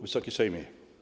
Wysoki Sejmie!